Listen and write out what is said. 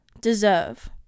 deserve